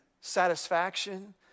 satisfaction